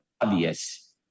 obvious